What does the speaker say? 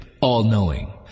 all-knowing